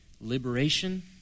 Liberation